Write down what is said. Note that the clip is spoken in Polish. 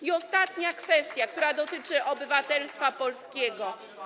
I ostatnia kwestia, która dotyczy obywatelstwa polskiego.